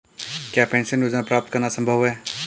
क्या पेंशन योजना प्राप्त करना संभव है?